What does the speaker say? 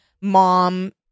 mom